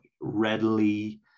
readily